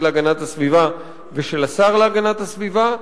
להגנת הסביבה ושל השר להגנת הסביבה,